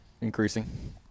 increasing